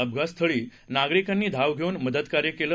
अपघात स्थळी नागरिकांनी धाव घेऊन मदतकार्य केलं